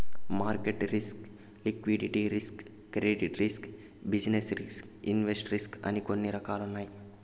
market risk liquidity risk credit risk business risk invest risk అని కొన్ని రకాలున్నాయి